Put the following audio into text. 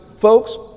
Folks